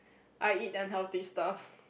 I eat unhealthy stuff